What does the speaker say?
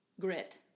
grit